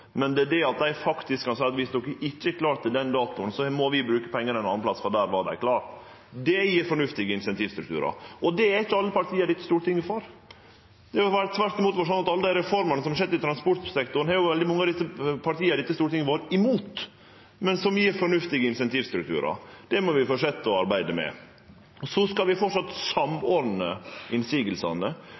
men at dei faktisk kan seie: Viss de ikkje er klare til den datoen, må vi bruke pengane ein annan plass, for der var dei klare. Det gjev fornuftige incentivstrukturar. Det er ikkje alle partia i dette stortinget for. Det har tvert imot vore sånn at alle dei reformene som har skjedd i transportsektoren, har veldig mange av dei partia i dette stortinget vore imot – men dei gjev fornuftige incentivstrukturar. Det må vi fortsetje å arbeide med. Så skal vi framleis samordne